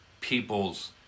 people's